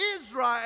Israel